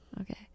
Okay